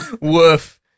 Woof